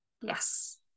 yes